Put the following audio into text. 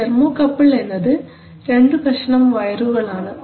thermo couple എന്നത് രണ്ടു കഷണം വയറുകൾ ആണ്